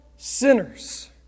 Sinners